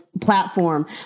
platform